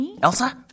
Elsa